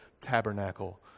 tabernacle